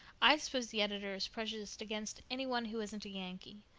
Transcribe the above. i suppose the editor is prejudiced against any one who isn't a yankee.